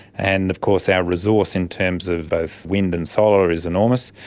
and of course our resource in terms of both wind and solar is enormous.